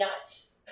nuts